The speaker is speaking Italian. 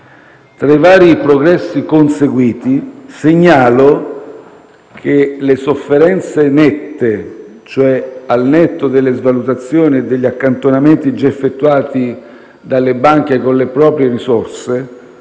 Tra i vari progressi conseguiti segnalo che le sofferenze nette, cioè al netto delle svalutazioni e degli accantonamenti già effettuati dalle banche con le proprie risorse,